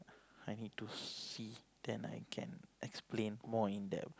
I need to see then I can explain more in depth